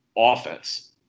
offense